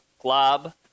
Glob